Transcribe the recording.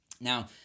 Now